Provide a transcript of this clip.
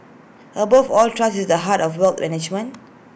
above all trust is the heart of wealth management